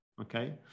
okay